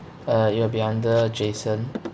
uh it will be under jason